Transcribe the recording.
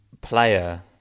player